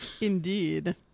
Indeed